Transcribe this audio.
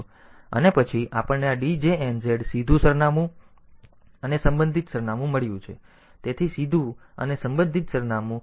અને પછી આપણને આ DJNZ સીધું સરનામું અને પછી આ સંબંધિત સરનામું મળ્યું છે તેથી સીધું અને આ સંબંધિત સરનામું